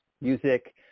music